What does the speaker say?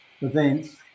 events